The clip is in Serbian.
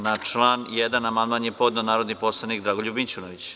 Na član 1. amandman je podneo narodni poslanik Dragoljub Mićunović.